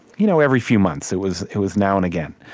you know every few months. it was it was now and again.